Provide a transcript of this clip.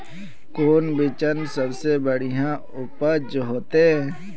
कौन बिचन सबसे बढ़िया उपज होते?